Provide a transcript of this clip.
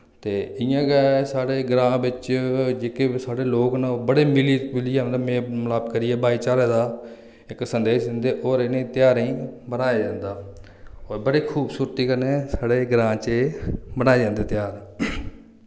ते इ'यां गै साढ़े ग्रां बिच्च जेह्के बी साढ़े लोक न ओह् बड़े मिल्ली मिली मिलियै मतलब मेल मलाप करियै भाईचारे दा इक संदेश दिंदे और इ'नें ध्यारें गी मनाया जन्दा और बड़े खूबसूरती कन्नै साढ़े ग्रां च एह् मनाये जन्दे तेआर